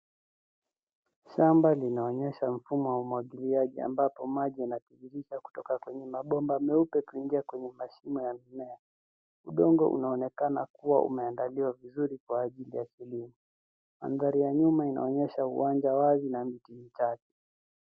Shamba linaonyesha mfumo wa umwagiliaji, ambapo maji yanatiririka kutoka kwenye mabomba meupe kuingia kwenye mashimo ya mimea. Udongo unaonekana kua umeandaliwa vizuri, kwa ajili ya kilimo. Mandhari ya nyuma inaonyesha uwanja wazi na miti michache.